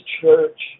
church